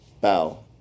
bow